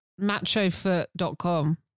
MachoFoot.com